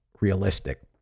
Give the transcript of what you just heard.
realistic